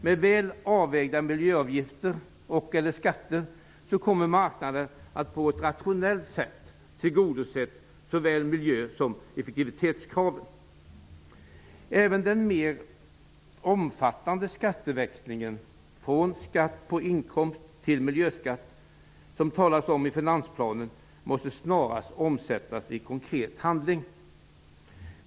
Med väl avvägda miljöavgifter och/eller skatter kommer marknaden att på ett rationellt sätt tillgodose såväl miljön som effektivitetskraven. Även den mer omfattande skatteväxlingen från skatt på inkomst till en miljöskatt, som det talas om i finansplanen, måste snarast omsättas i konkret handling.